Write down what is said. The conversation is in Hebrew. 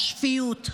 שפיות,